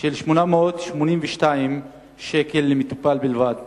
של 882 ש"ח למטופל בלבד.